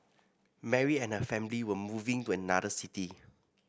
Mary and her family were moving to another city